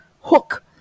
Hook